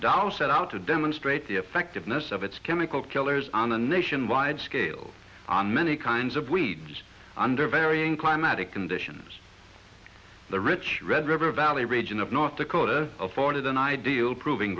dow set out to demonstrate the effectiveness of its chemical killers on a nationwide scale on many kinds of weeds under varying climatic conditions the rich red river valley region of north dakota afforded an ideal prov